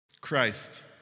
Christ